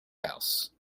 house